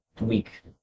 week